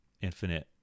infinite